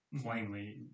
plainly